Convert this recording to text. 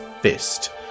fist